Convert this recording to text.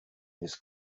this